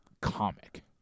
comic